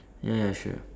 ya ya sure